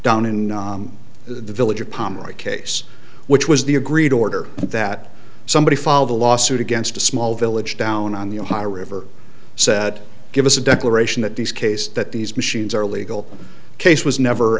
down in the village of pomeroy case which was the agreed order that somebody filed a lawsuit against a small village down on the ohio river said give us a declaration that this case that these machines are a legal case was never